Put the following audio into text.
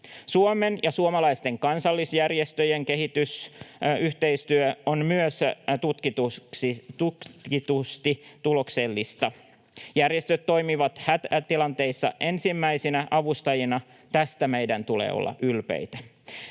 Suomen ja suomalaisten kansalaisjärjestöjen kehitysyhteistyö on myös tutkitusti tuloksellista. Järjestöt toimivat hätätilanteissa ensimmäisinä avustajina. Tästä meidän tulee olla ylpeitä.